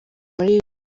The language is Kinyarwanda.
muri